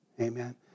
Amen